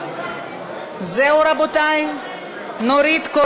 זוהיר בהלול.